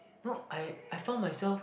no I I found myself